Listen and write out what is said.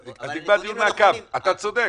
אבל הדיונים האחרונים --- אתה צודק,